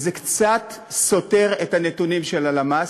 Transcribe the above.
זה קצת סותר את הנתונים של הלמ"ס,